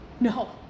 No